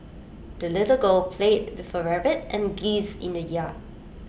the little girl played with her rabbit and geese in the yard